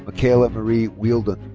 ah kind of marie wheeldon.